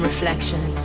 reflection